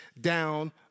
down